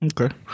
okay